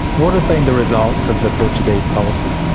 what have been the results of the portuguese policy?